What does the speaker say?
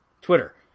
Twitter